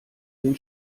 den